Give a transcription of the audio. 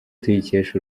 tuyikesha